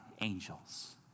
angels